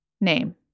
name